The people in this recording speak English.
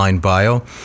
bio